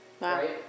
right